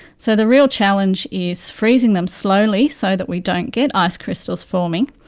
so the real challenge is freezing them slowly so that we don't get ice crystals forming,